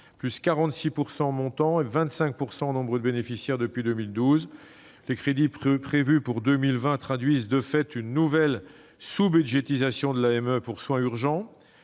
de 46 % en montant et de 25 % en nombre de bénéficiaires depuis 2012. Les crédits prévus pour 2020 traduisent, de fait, une nouvelle sous-budgétisation de l'AME pour soins urgents